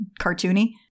cartoony